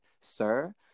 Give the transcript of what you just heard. Sir